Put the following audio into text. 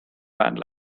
bad